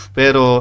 pero